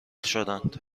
شدند